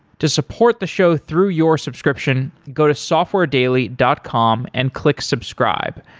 to support the show through your subscription, go to softwaredaily dot com and click subscribe.